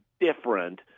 different